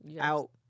out